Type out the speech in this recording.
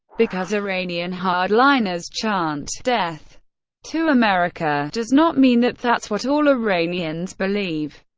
because iranian hard-liners chant death to america does not mean that that's what all iranians believe.